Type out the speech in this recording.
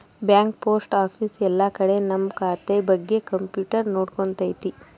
bank post office ಎಲ್ಲ ಕಡೆ ನಮ್ ಖಾತೆ ಬಗ್ಗೆ ಕಂಪ್ಯೂಟರ್ ನೋಡ್ಕೊತೈತಿ